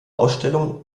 ausstellungen